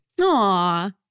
Aw